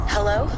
Hello